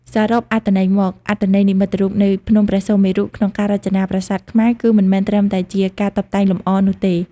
សរុបអត្ថន័យមក អត្ថន័យនិមិត្តរូបនៃភ្នំព្រះសុមេរុក្នុងការរចនាប្រាសាទខ្មែរ គឺមិនមែនត្រឹមតែជាការតុបតែងលម្អនោះទេ។